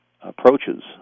approaches